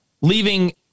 leaving